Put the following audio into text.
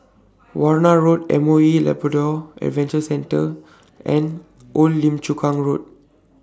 Warna Road M O E Labrador Adventure Centre and Old Lim Chu Kang Road